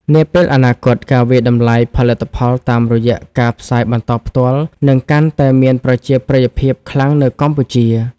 នាពេលអនាគត ការវាយតម្លៃផលិតផលតាមរយៈការផ្សាយបន្តផ្ទាល់ នឹងកាន់តែមានប្រជាប្រិយភាពខ្លាំងនៅកម្ពុជា។